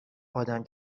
آدم